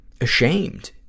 ashamed